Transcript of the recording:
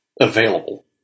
available